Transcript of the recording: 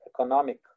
economic